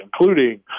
including